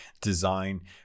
design